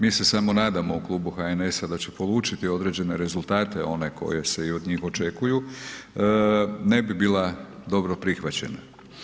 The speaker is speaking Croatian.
Mi se samo nadamo u klubu HNS-a da će polučiti određene rezultate one koje se i od njih očekuju, ne bi bila dobro prihvaćena.